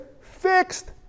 fixed